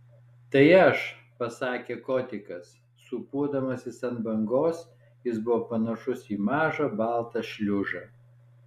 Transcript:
tai aš pasakė kotikas sūpuodamasis ant bangos jis buvo panašus į mažą baltą šliužą